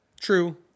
True